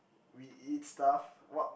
we eat stuff what